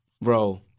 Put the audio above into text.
Bro